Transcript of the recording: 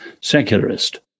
secularist